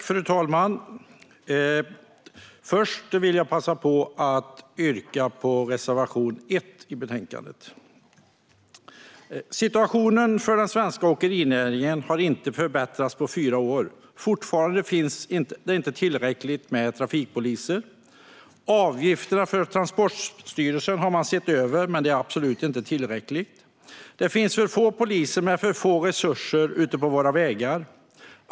Fru talman! Först vill jag passa på att yrka bifall till reservation 1 i betänkandet. Situationen för den svenska åkerinäringen har inte förbättrats på fyra år. Det finns fortfarande inte tillräckligt med trafikpoliser. Avgifterna för Transportstyrelsen har man sett över, men det är absolut inte tillräckligt. Det finns för få poliser och med för få resurser ute på våra vägar.